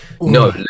no